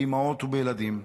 באימהות ובילדים,